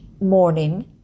morning